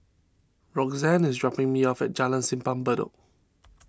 Roxann is dropping me off at Jalan Simpang Bedok